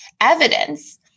evidence